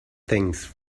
things